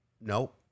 Nope